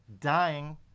dying